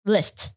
List